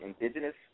Indigenous